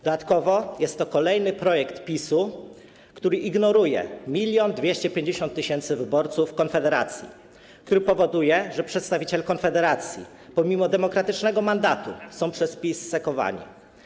Dodatkowo jest to kolejny projekt PiS-u, który ignoruje 1250 tys. wyborców Konfederacji, który powoduje, że przedstawiciele Konfederacji pomimo demokratycznego mandatu są przez PiS sekowani.